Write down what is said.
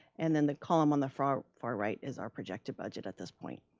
and then the column on the far far right is our projected budget at this point.